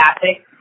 classic